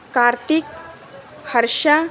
Karthik Harsha